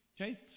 Okay